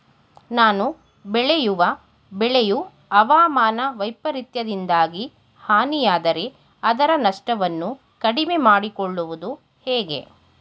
ನಾನು ಬೆಳೆಯುವ ಬೆಳೆಯು ಹವಾಮಾನ ವೈಫರಿತ್ಯದಿಂದಾಗಿ ಹಾನಿಯಾದರೆ ಅದರ ನಷ್ಟವನ್ನು ಕಡಿಮೆ ಮಾಡಿಕೊಳ್ಳುವುದು ಹೇಗೆ?